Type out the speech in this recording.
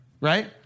right